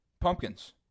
pumpkins